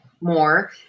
more